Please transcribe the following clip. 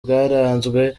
bwaranzwe